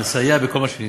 אנחנו נסייע בכל מה שניתן.